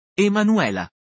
Emanuela